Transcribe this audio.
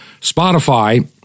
Spotify